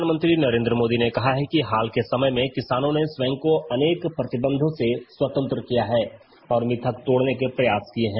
प्रधानमंत्री नरेन्द्र मोदी ने कहा है कि हाल के समय में किसानों ने स्वयं को अनेक प्रतिबंधों से स्वतंत्र किया है और मिथक तोड़ने के प्रयास किए हैं